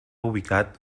ubicat